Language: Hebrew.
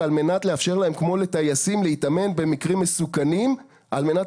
ועל מנת לאפשר להם כמו לטייסים להתאמן במקרים מסוכנים על מנת